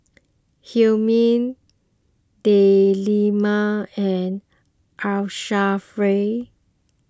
Hilmi Delima and Asharaff